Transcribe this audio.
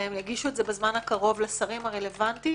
והם יגישו את זה בזמן הקרוב לשרים הרלוונטיים,